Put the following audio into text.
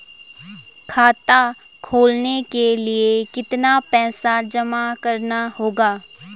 खाता खोलने के लिये कितना पैसा जमा करना होगा?